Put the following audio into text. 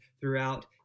throughout